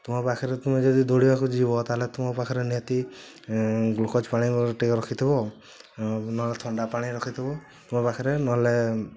ତୁମ ପାଖରେ ତୁମେ ଯଦି ଦୌଡ଼ିଆକୁ ଯିବ ତାହେଲେ ତୁମ ପାଖରେ ନିହାତି ଗ୍ଲୁକୋଜ୍ ପାଣି ରଖିଥିବ ନହେଲେ ଥଣ୍ଡା ପାଣି ରଖିଥିବ ମୋ ପାଖରେ ନହେଲେ